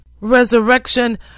resurrection